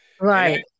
right